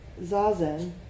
zazen